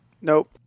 Nope